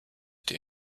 die